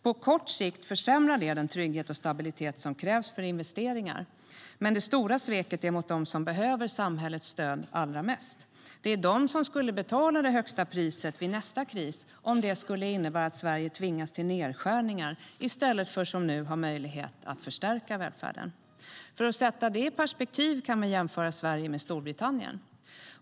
På kort sikt försämrar det den trygghet och stabilitet som krävs för investeringar, men det stora sveket är mot dem som behöver samhällets stöd allra mest. Det är de som får betala det högsta priset vid nästa kris om det innebär att Sverige tvingas till nedskärningar i stället för som nu har möjlighet att förstärka välfärden. För att sätta detta i perspektiv kan vi jämföra Sverige med Storbritannien.